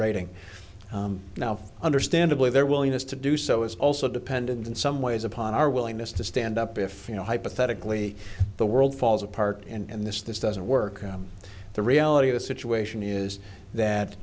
rating now understandably their willingness to do so is also dependent in some ways upon our willingness to stand up if you know hypothetically the world falls apart and this this doesn't work the reality of the situation is that